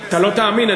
אתה לא תאמין,